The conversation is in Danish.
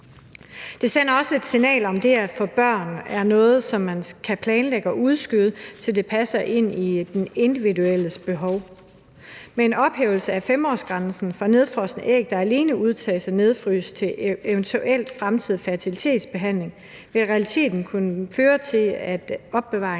Det sender også et signal om, at det at få børn er noget, som man kan planlægge og udskyde, til det passer ind i den individuelles behov. Men en ophævelse af 5-årsgrænsen for nedfrosne æg, der alene udtages og nedfryses til eventuel fremtidig fertilitetsbehandling, vil i realiteten kunne føre til, at opbevaring